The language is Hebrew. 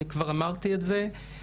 אני כבר אמרתי את זה.